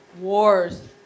wars